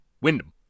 Wyndham